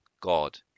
God